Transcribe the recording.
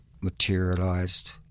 materialized